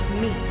meet